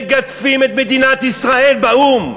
מגדפים את מדינת ישראל באו"ם,